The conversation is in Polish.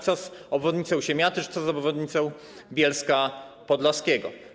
Co z obwodnicą Siemiatycz, co z obwodnicą Bielska Podlaskiego?